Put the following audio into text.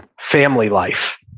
family life,